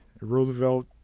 Roosevelt